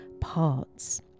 parts